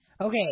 Okay